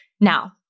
Now